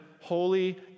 holy